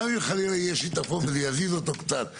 גם אם חלילה יהיה שיטפון וזה יזיז אותו קצת.